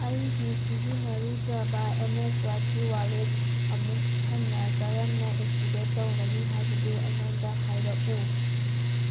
ꯑꯩꯒꯤ ꯁꯤꯖꯤꯟꯅꯔꯨꯗ꯭ꯔꯕ M S ꯋꯥꯏꯞꯀꯤ ꯋꯥꯜꯂꯦꯠ ꯑꯃꯨꯛ ꯍꯟꯅ ꯀꯔꯝꯅ ꯑꯦꯛꯇꯤꯚꯦꯠ ꯇꯧꯒꯅꯤ ꯍꯥꯏꯕꯗꯨ ꯑꯩꯉꯣꯟꯗ ꯍꯥꯏꯔꯛꯎ